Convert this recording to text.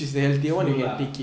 true lah